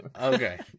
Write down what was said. Okay